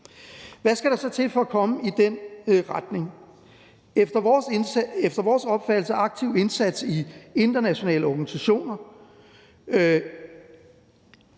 Hvad skal der så til for at komme i den retning? Efter vores opfattelse skal der en aktiv indsats i internationale organisationer